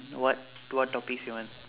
what what topics you want